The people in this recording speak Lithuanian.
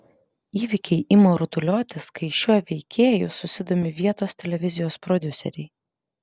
įvykiai ima rutuliotis kai šiuo veikėju susidomi vietos televizijos prodiuseriai